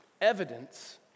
Evidence